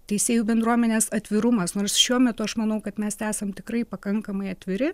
teisėjų bendruomenės atvirumas nors šiuo metu aš manau kad mes esam tikrai pakankamai atviri